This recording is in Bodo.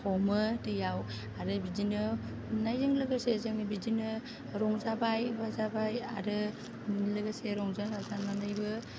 हमो दैआव आरो बिदिनो हमनायजों लोगोसे जों बिदिनो रंजाबाय बाजाबाय आरो लोगोसे रंजा बाजानानैबो